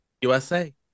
USA